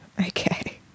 okay